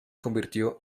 convirtió